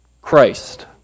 Christ